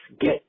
get